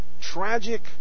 tragic